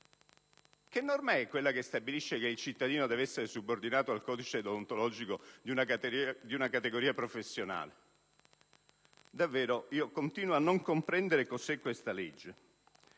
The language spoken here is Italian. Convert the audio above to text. che norma è quella che stabilisce che il cittadino deve essere subordinato al codice deontologico di una categoria professionale? Davvero continuo a non comprendere cos'è questa legge: